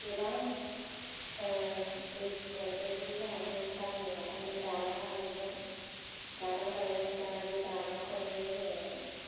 गोबां ओ दैखर बायदि जानानै दङ गामिया थारमाने दालाङा बायबाय दालां बायनानै दा बे दालांखौनो जोङो